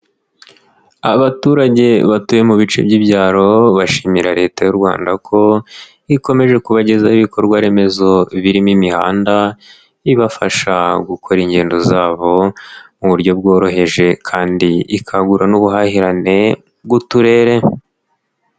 Abaturage batuye mu bice by'ibyaro bashimira leta y'u Rwanda ko ikomeje kubagezaho ibikorwaremezo birimo imihanda, ibafasha gukora ingendo zabo mu buryo bworoheje kandi ikagura n'ubuhahirane bw'uturere.